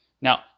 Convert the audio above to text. now